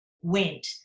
went